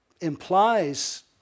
implies